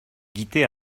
guittet